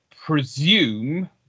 presume